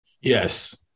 Yes